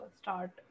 start